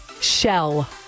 Shell